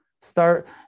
Start